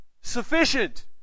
Sufficient